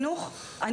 בוודאי.